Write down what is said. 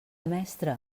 mestre